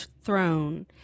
throne